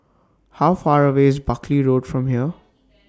How Far away IS Buckley Road from here